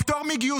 או פטור מגיוס,